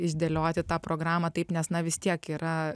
išdėlioti tą programą taip nes na vis tiek yra